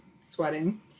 sweating